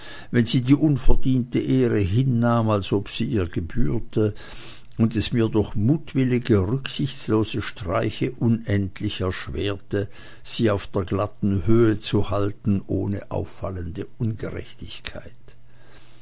wenn sie die unverdiente ehre hinnahm als ob sie ihr gebührte und es mir durch mutwillige rücksichtslose streiche unendlich erschwerte sie auf der glatten höhe zu halten ohne auffallende ungerechtigkeit